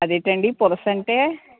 అదేంటండి పులసంటే